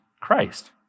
Christ